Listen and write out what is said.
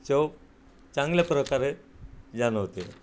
चव चांगल्या प्रकारे जाणवते